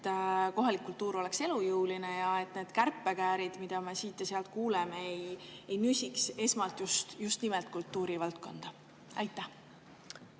et kohalik kultuur oleks elujõuline ja et need kärpekäärid, mida me siit ja sealt kuuleme, ei nüsiks esmalt just nimelt kultuurivaldkonda? Aitäh,